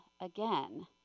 again